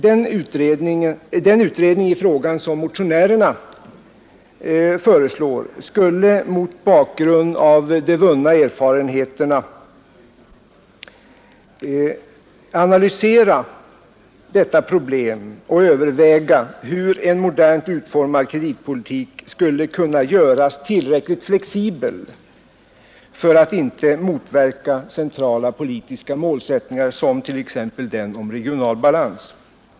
Den utredning i frågan som motionärerna föreslår skulle mot bakgrund av de vunna erfarenheterna analysera detta problem och överväga hur en modernt utformad kreditpolitik skulle kunna göras tillräckligt flexibel för att inte motverka centrala politiska målsättningar som t.ex. den som avser regional balans.